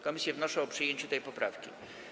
Komisje wnoszą o przyjęcie tej poprawki.